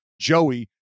joey